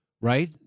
right